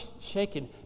shaken